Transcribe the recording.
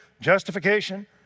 justification